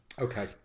okay